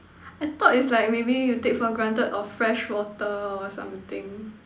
I thought is like maybe you take for granted of fresh water or something